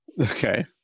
Okay